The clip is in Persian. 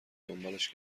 دنبالش